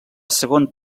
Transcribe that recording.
segon